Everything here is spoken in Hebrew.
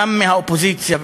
גם מהאופוזיציה,